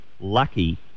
Lucky